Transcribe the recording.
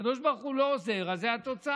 הקדוש ברוך הוא לא עוזר, אז זאת התוצאה.